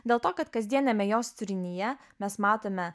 dėl to kad kasdieniame jos turinyje mes matome